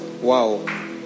wow